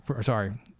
Sorry